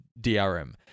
DRM